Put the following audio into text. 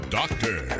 doctor